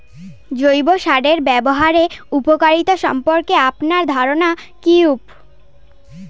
জৈব সার ব্যাবহারের উপকারিতা সম্পর্কে আপনার ধারনা কীরূপ?